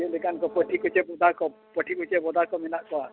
ᱪᱮᱫ ᱞᱮᱠᱟᱱ ᱠᱚ ᱯᱟᱹᱴᱷᱤ ᱠᱚᱥᱮ ᱵᱚᱫᱟ ᱠᱚ ᱯᱟᱹᱴᱷᱤ ᱠᱚᱥᱮ ᱵᱚᱫᱟ ᱠᱚ ᱢᱮᱱᱟᱜ ᱠᱚᱣᱟ